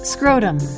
Scrotum